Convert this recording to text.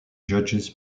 judges